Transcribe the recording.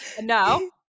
No